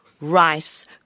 rice